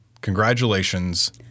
Congratulations